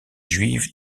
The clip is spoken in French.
juive